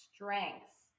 Strengths